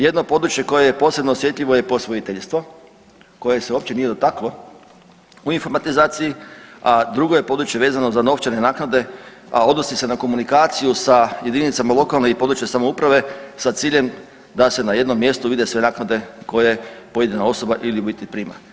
Jedno područje koje je posebno osjetljivo je posvojiteljstvo koje se uopće nije dotaklo u informatizaciji, a drugo je područje vezano za novčane naknade, a odnosi se na komunikaciju sa jedinicama lokalne i područne samouprave sa ciljem da se na jednom mjestu vide sve naknade koje pojedina osoba ili u biti prima.